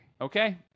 Okay